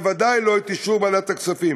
בוודאי לא את אישור ועדת הכספים.